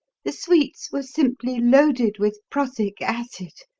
the sweets were simply loaded with prussic acid.